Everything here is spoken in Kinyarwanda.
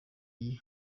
gihe